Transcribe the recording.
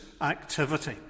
activity